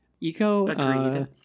Eco